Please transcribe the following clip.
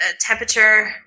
temperature